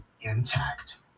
intact